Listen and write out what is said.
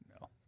No